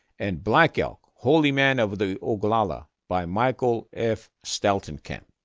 and black elk holy man of the oglala by michael f. steltenkamp.